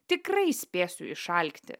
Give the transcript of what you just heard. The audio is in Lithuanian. tikrai spėsiu išalkti